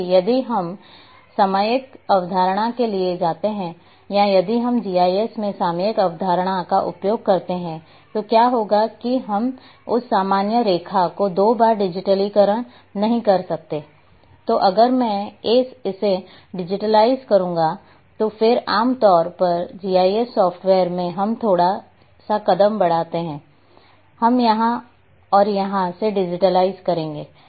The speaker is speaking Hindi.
जबकि यदि हम सामयिक अवधारणा के लिए जाते हैं या यदि हम जीआईएस में सामयिक अवधारणा का उपयोग करते हैं तो क्या होगा कि हम उस सामान्य रेखा को दो बार डिजिटाइज़ नहीं करेंगे तो अगर मैं इसे डिजिटाइज्ड करूंगा तो फिर आमतौर पर जीआईएस सॉफ्टवेयर में हम थोड़ा सा कदम बढ़ाते हैं हम यहाँ और यहाँ से डिजिटाइज़ करेंगे